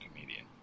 comedian